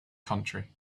country